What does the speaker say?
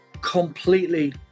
completely